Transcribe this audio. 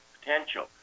potential